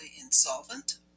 insolvent